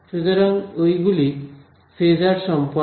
সুতরাং ওইগুলি ফেজার সম্পর্ক